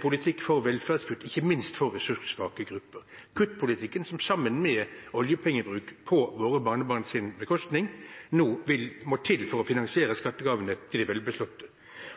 politikk er velferdskutt, ikke minst for ressurssvake grupper. Kuttpolitikk, som sammen med oljepengebruk på våre barnebarns bekostning, må nå til for å finansiere skattegavene til de velbeslåtte.